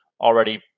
already